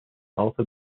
also